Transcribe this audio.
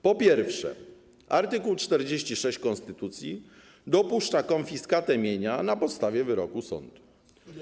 Po pierwsze, art. 46 konstytucji dopuszcza konfiskatę mienia na podstawie wyroku sądu.